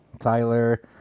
Tyler